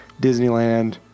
Disneyland